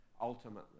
Ultimately